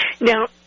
Now